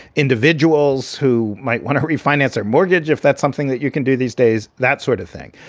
individuals who might want to refinance their mortgage, if that's something that you can do these days, that sort of thing.